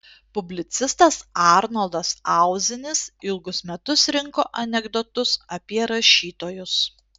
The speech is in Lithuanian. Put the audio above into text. publicistas arnoldas auzinis ilgus metus rinko anekdotus apie rašytojus